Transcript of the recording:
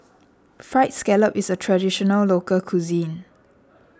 Fried Scallop is a Traditional Local Cuisine